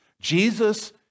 Jesus